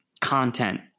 content